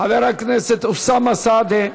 חבר הכנסת אוסאמה סעדי.